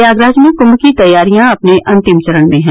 प्रयागराज में कुंग की तैयारियां अपने अंतिम चरण में हैं